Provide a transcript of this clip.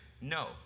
no